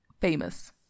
famous